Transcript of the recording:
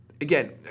again